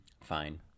Fine